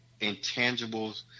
intangibles